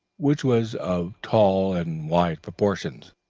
which was of tall and wide proportions,